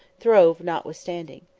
throve notwithstanding.